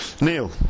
Neil